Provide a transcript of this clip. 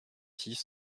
six